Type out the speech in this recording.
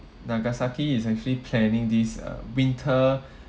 nagasaki is actually planning this uh winter